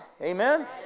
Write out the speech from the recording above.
Amen